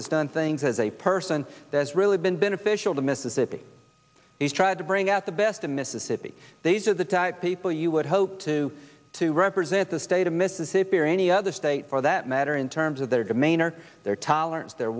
is done things as a person that has really been beneficial to mississippi has tried to bring out the best in mississippi these are the type people you would hope to to represent the state of mississippi or any other state for that matter in terms of their demeanor their tolerance their